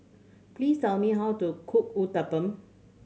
please tell me how to cook Uthapam